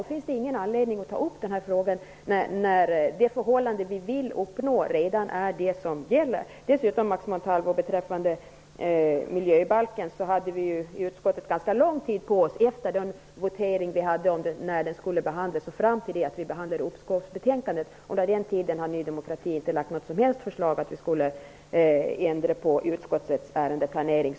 Då finns det inte anledning att ta upp frågan igen när det förhållande vi vill uppnå redan är det som gäller. Beträffande miljöbalken, Max Montalvo, hade utskottet ganska lång tid på sig efter voteringen om ärendebehandlingen och fram till det att uppskovsbetänkandet behandlades. Under den tiden har Ny demokrati inte lagt fram något förslag om att ändra på utskottets ärendeplanering.